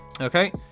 Okay